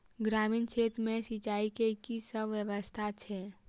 ग्रामीण क्षेत्र मे सिंचाई केँ की सब व्यवस्था छै?